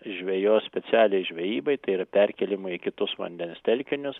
žvejos specialiai žvejybai tai yra perkėlimui į kitus vandens telkinius